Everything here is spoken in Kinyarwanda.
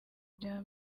bya